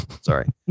Sorry